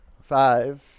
five